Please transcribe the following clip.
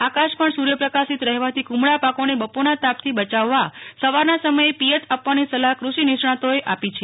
આકાશ પણ સૂર્યપ્રકાશિત રહેવાથી કુમળા પાકોને બપોરના તાપથી બચાવવા સવારના સમયે પિયત આપવાની સલાહ કૃષિ નિષ્ણાંતોએ આપી છે